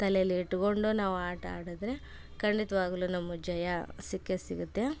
ತಲೆಯಲ್ಲಿ ಇಟ್ಟುಕೊಂಡು ನಾವು ಆಟ ಆಡಿದ್ರೆ ಖಂಡಿತವಾಗ್ಲು ನಮಗೆ ಜಯ ಸಿಕ್ಕೇ ಸಿಗುತ್ತೆ